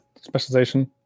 specialization